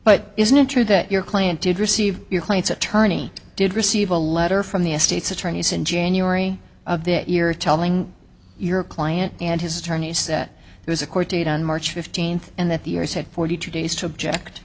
but isn't it true that your client did receive your client's attorney did receive a letter from the state's attorneys in january of this year telling your client and his attorneys that there's a court date on march fifteenth and that the years had forty two days to object